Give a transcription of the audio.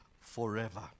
forever